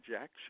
Jack